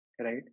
right